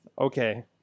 okay